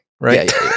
right